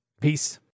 Peace